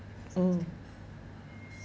mm